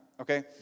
Okay